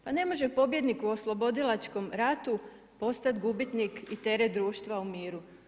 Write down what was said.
Pa ne može pobjednik u oslobodilačkom ratu postat gubitnik i teret društva u miru.